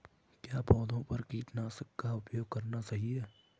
क्या पौधों पर कीटनाशक का उपयोग करना सही है?